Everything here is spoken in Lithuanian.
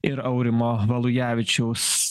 ir aurimo valujavičius